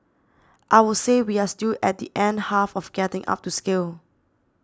I would say we are still at the end half of getting up to scale